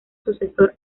sucesor